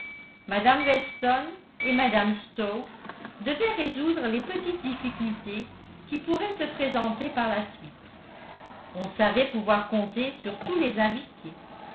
mme weston et mme stokes devaient résoudre les petites difficultés qui pourraient se présenter par la suite on savait pouvoir compter sur tous les invités